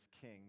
king